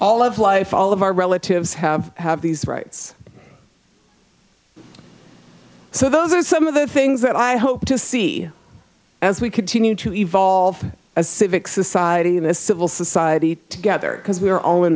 all of life all of our relatives have have these rights so those are some of the things that i hope to see as we continue to evolve as civic society the civil society together because we are only in